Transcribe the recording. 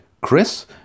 Chris